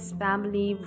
family